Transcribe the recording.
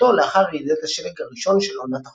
ושכונתו לאחר ירידת השלג הראשון של עונת החורף.